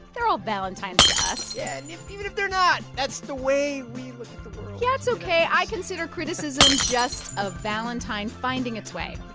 they're all valentines to us yeah. and even if they're not, that's the way we like yeah, it's ok. i consider criticism just a valentine finding its way